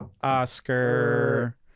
Oscar